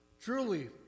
Truly